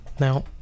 Now